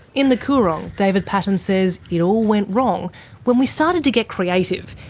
in the coorong, david paton says it all went wrong when we started to get creative,